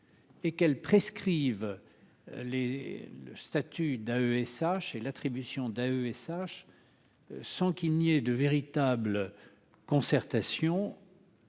Et quel prescrivent les le statut d'AESH et l'attribution d'AESH sans qu'il n'y ait de véritables concertations